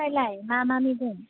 ओमफ्रायलाय मा मा मैगं